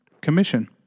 commission